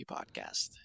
Podcast